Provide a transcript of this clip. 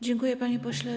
Dziękuję, panie pośle.